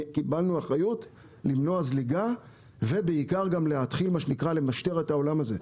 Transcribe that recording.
קיבלנו אחריות למנוע זליגה ובעיקר גם להתחיל למשטר את העולם הזה.